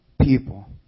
people